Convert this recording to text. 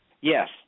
Yes